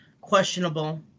questionable